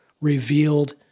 revealed